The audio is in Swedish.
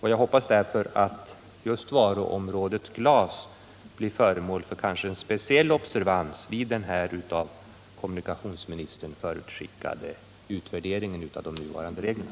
Jag hoppas därför att just varuområdet glas blir föremål för en speciell observans vid den av kommunikationsministern förutskickade utvärderingen av de nuvarande reglerna.